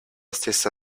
stessa